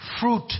fruit